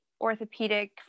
orthopedic